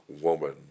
woman